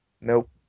Nope